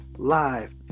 live